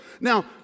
Now